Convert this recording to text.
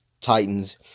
Titans